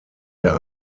der